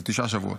זה תשעה שבועות.